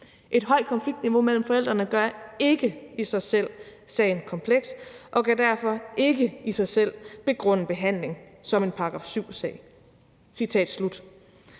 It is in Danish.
Et højt konfliktniveau mellem forældrene gør ikke i sig selv sagen kompleks og kan derfor ikke i sig selv begrunde behandling som en § 7-sag.